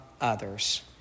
others